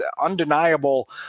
undeniable